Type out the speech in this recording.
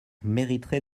mériterait